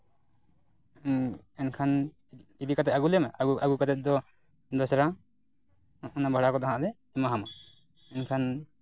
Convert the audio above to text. ᱮᱱᱠᱷᱟᱱ ᱤᱫᱤ ᱠᱟᱛᱮ ᱟᱹᱜᱩ ᱞᱮᱢ ᱟᱹᱜᱩ ᱠᱟᱛᱮ ᱫᱚᱥᱨᱟ ᱚᱱᱟ ᱵᱷᱟᱲᱟ ᱠᱚᱫᱚ ᱦᱟᱸᱜ ᱞᱮ ᱮᱢᱟ ᱦᱟᱢᱟ ᱮᱱᱠᱷᱟᱱ